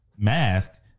mask